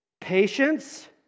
patience